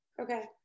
Okay